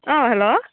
अ हेल'